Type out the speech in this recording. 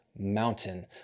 Mountain